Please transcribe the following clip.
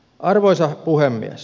arvoisa puhemies